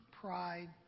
pride